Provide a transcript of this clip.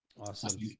Awesome